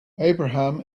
abraham